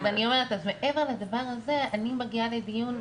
מעבר לדבר הזה אני מגיעה לדיון,